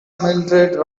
mildrid